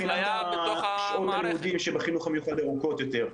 הבדל בשעות הלימודים בחינוך המיוחד ארוכות יותר,